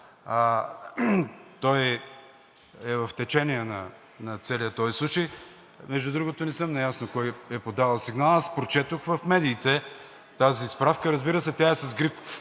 той е в течение на целия този случай. Между другото, не съм наясно кой е подал сигнала. Аз прочетох в медиите тази справка. Разбира се, тя е с гриф